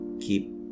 keep